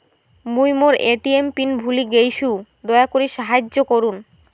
মুই মোর ATM PIN ভুলে গেইসু, দয়া করি সাহাইয্য করুন